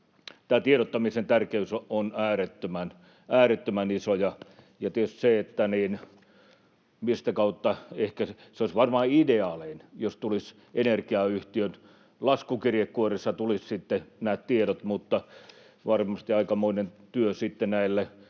tietysti se, mistä kautta. Olisi varmaan ideaaleinta, jos tulisi energiayhtiön laskukirjekuoressa sitten nämä tiedot, mutta varmasti aikamoinen työ sitten